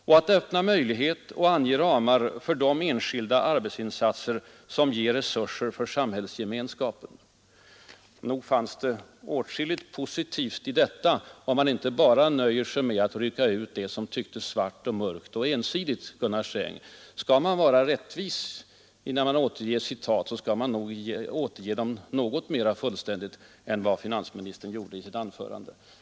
Och att öppna möjlighet och ange ramar för de enskilda arbetsinsatser som ger resurser för samhällsgemenskap.” Nog fanns det åtskilligt positivt i detta, om man inte bara nöjer sig med att rycka ut det som tycktes svart och mörkt och ensidigt, Gunnar is när man återger citat, skall man återge dem Sträng. Skall man vara rätt mera fullständigt än vad finansministern gjorde i sitt anförande.